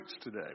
today